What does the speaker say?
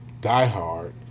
diehard